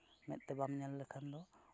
ᱢᱮᱫᱛᱮ ᱵᱟᱢ ᱧᱮᱞ ᱞᱮᱠᱷᱟᱱ ᱫᱚ